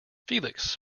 felix